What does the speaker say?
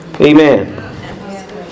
Amen